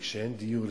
וכשאין דיור,